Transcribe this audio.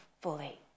fully